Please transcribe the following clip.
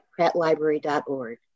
prattlibrary.org